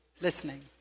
listening